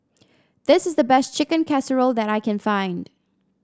this is the best Chicken Casserole that I can find